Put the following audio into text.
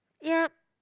yup